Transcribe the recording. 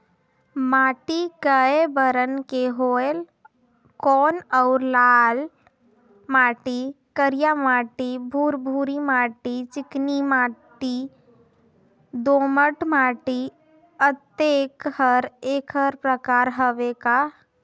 माटी कये बरन के होयल कौन अउ लाल माटी, करिया माटी, भुरभुरी माटी, चिकनी माटी, दोमट माटी, अतेक हर एकर प्रकार हवे का?